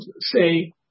say